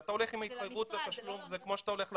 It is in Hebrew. אתה הולך עם ההתחייבות, כמו שאתה הולך לבנק.